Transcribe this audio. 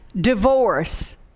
divorce